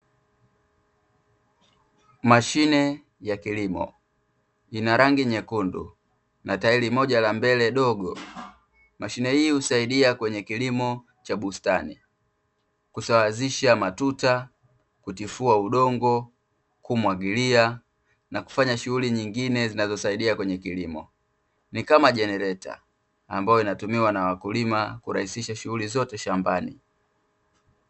Mashine ya kilimo ina rangi nyekundu na tairi moja la mbele dogo, mashine hii husaidia kwenye kilimo cha bustani kusawazisha matuta, kutifua udongo, kumwagilia na kufanya shughuli nyingine zinazosaidia kwenye kilimo, ni kama jenereta ambayo inatumiwa na wakulima kurahisisha shughuli zote shambani ,